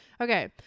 Okay